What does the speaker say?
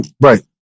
Right